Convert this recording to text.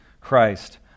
Christ